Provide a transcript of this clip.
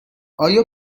آیا